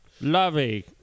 Lovey